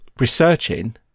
researching